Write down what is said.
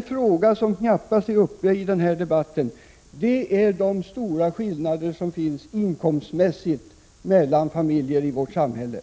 En fråga som knappast tas upp i debatten är de stora inkomstskillnaderna mellan familjer i vårt samhälle.